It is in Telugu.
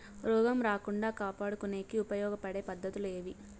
రోగం రాకుండా కాపాడుకునేకి ఉపయోగపడే పద్ధతులు ఏవి?